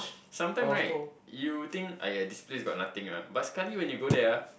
sometime right you think !aiya! this place got nothing ah but sekali when you go there ah